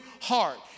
heart